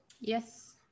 Yes